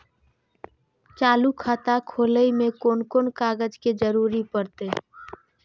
चालु खाता खोलय में कोन कोन कागज के जरूरी परैय?